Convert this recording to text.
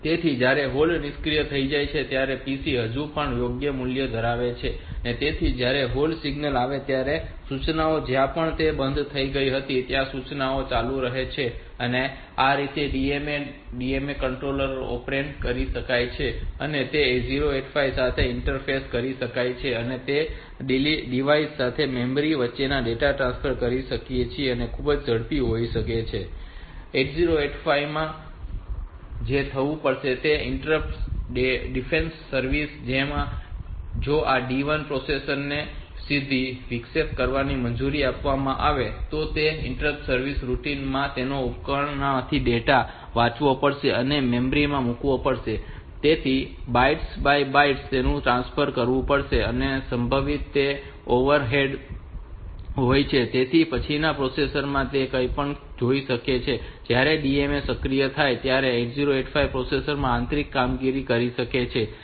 તેથી જ્યારે હોલ્ડ નિષ્ક્રિય થઈ જાય ત્યારે PC હજુ પણ યોગ્ય મૂલ્ય ધરાવે છે તેથી જ્યારે હોલ્ડ સિગ્નલ આવે ત્યારે સૂચનાઓ જ્યાં પણ તે બંધ થઇ ગઈ હતી ત્યાંથી સૂચનાઓ ચાલુ રહે છે અને આ રીતે આ DMA કંટ્રોલર ઓપરેટ કરી શકાય છે અને તે 8085 સાથે ઈન્ટરફેસ કરી શકાય છે અને તે રીતે આપણે ડીવાઈસ અને મેમરી વચ્ચે ડેટા ટ્રાન્સફર કરી શકીએ છીએ જે ખૂબ જ ઝડપી હોય છે અન્યથા ત્યાં શું થશે કે આ 8085 માં જવું પડશે અને જો આ ઇન્ટરપ્ટ ડિફેન્સ સર્વિસ જેમ કે જો આ D1 ને પ્રોસેસર ને સીધું વિક્ષેપિત કરવાની મંજૂરી આપવામાં આવે તો તે ઇન્ટરપ્ટ સર્વિસ રૂટિન માં તેને ઉપકરણમાંથી ડેટા વાંચવો પડશે અને મેમરી માં મૂકવો પડશે જેથી તેને બાઇટ બાય બાઇટ તેનું ટ્રાન્સફર કરવું પડશે અને સંભવતઃ તે ઓવરહેડ હોય છે તેથી પછીના પ્રોસેસર માં જેથી આપણે જોઈ શકીએ છીએ કે જ્યારે આ DMA સક્રિય થાય છે ત્યારે 8085 આ પ્રોસેસર આંતરિક કામગીરી કરી શકે છે